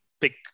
pick